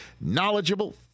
knowledgeable